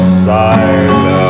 silence